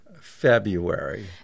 February